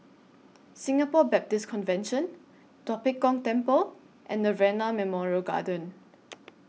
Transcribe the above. Singapore Baptist Convention Tua Pek Kong Temple and Nirvana Memorial Garden